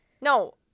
no